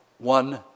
One